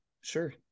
sure